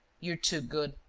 you're too good.